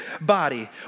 body